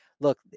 Look